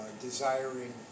desiring